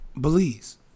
Belize